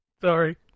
Sorry